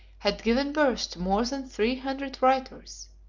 had given birth more than three hundred writers,